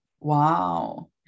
Wow